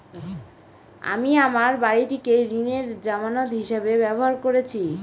আমি আমার বাড়িটিকে ঋণের জামানত হিসাবে ব্যবহার করেছি